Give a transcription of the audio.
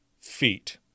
feet